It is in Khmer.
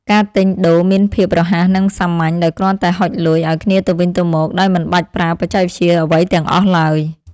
ការទិញដូរមានភាពរហ័សនិងសាមញ្ញដោយគ្រាន់តែហុចលុយឱ្យគ្នាទៅវិញទៅមកដោយមិនបាច់ប្រើបច្ចេកវិទ្យាអ្វីទាំងអស់ឡើយ។